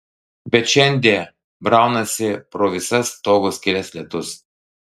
bet šiandie braunasi pro visas stogo skyles lietus